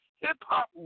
Hip-Hop